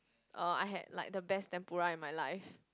uh I had like the best tempura in my life